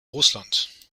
russland